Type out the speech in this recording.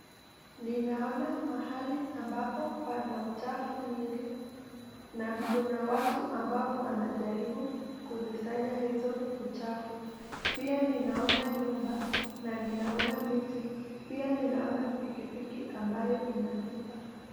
Ninaona mahali ambapo pana uchafu mingi na kuna watu ambao wanajaribu kuzisanya hizo uchafu pia ninaona nyumba na ninaona miti, pia ninaona pikipiki ambayo inapita.